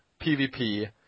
PvP